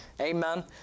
Amen